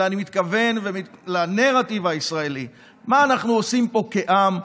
אלא אני מתכוון לנרטיב הישראלי: מה אנחנו עושים פה כעם,